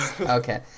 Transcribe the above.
Okay